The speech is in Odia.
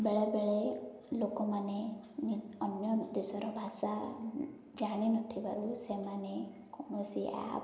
ବେଳେ ବେଳେ ଲୋକମାନେ ଅନ୍ୟ ଦେଶର ଭାଷା ଜାଣିନଥିବାରୁ ସେମାନେ କୌଣସି ଆପ୍